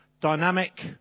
dynamic